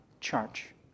Church